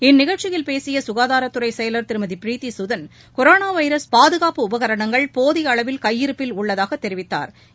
இந்நிகழ்ச்சியில் பேசிய சுகாதாரத்துறை செயவர் திருமதி ப்ரீதி சுதன் கொரோனா வைரஸ் பாதுகாப்பு உபகரணங்கள் போதிய அளவில் கையிருப்பில் உள்ளதாக தெரிவித்தாா்